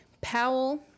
Powell